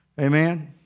Amen